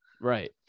Right